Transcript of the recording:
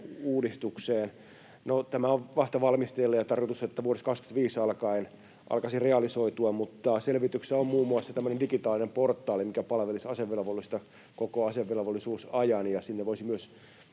No, tämä on vasta valmisteilla, ja tarkoitus on, että vuodesta 25 alkaen se alkaisi realisoitua, mutta selvityksessä on muun muassa tämmöinen digitaalinen portaali, mikä palvelisi asevelvollista koko asevelvollisuusajan, ja sinne voisi myös